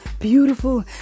beautiful